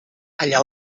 allà